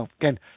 Again